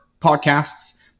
podcasts